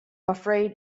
afraid